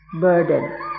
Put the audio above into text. burden